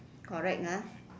correct ah